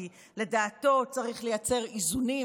כי לדעתו צריך לייצר איזונים,